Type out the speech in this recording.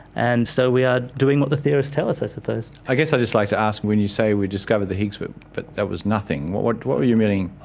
and so we are doing what the theorists tell us i suppose. i guess i'd just like to ask, when you say we discovered the higgs but that was nothing, what what were you meaning?